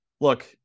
look